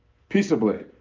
peaceably.